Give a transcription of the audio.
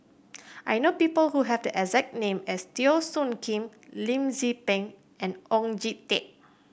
I know people who have the exact name as Teo Soon Kim Lim Tze Peng and Oon Jin Teik